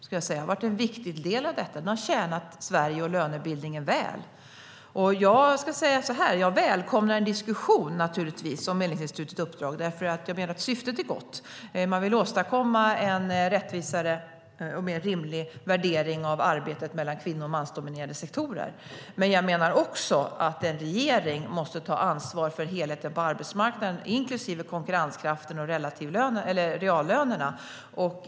Den har varit en viktig del av detta. Och den har tjänat Sverige och lönebildningen väl. Jag välkomnar en diskussion om Medlingsinstitutets uppdrag. Jag menar nämligen att syftet är gott. Man vill åstadkomma en rättvisare och mer rimlig värdering av arbetet mellan kvinno och mansdominerade sektorer. Men jag menar också att en regering måste ta ansvar för helheten på arbetsmarknaden, inklusive konkurrenskraften och reallönerna.